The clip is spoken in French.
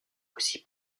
aussi